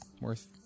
worth